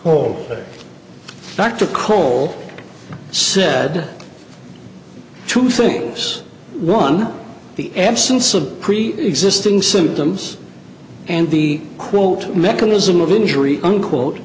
dr cole said two things one the absence of preexisting symptoms and the quote mechanism of injury unquote